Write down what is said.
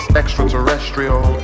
extraterrestrial